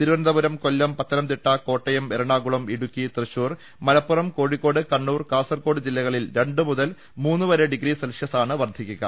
Thiruvananthapuram Kollam Pathanamthitta Kottayam Ernakulam Idukki Thrissur Malappuram Kozhikode Kannur Kasaragod ജില്ലകളിൽ രണ്ടുമുതൽ മൂന്നു വരെ ഡിഗ്രി സെൽഷ്യസാണ് വർധിക്കുക